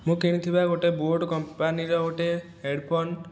ମୁଁ କିଣିଥିବା ଗୋଟେ ବୋଟ କମ୍ପାନୀର ଗୋଟିଏ ହେଡ଼ଫୋନ